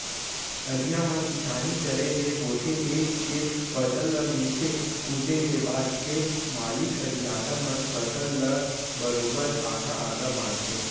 अधिया म किसानी करे ले होथे ए के फसल ल मिसे कूटे के बाद खेत मालिक अधियारा मन फसल ल ल बरोबर आधा आधा बांटथें